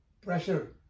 pressure